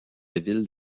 ville